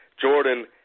Jordan